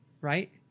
Right